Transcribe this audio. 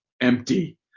empty